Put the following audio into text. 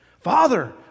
Father